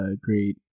great